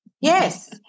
Yes